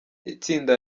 itsinda